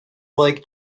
like